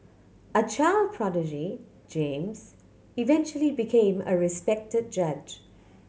a child prodigy James eventually became a respected judge